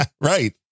right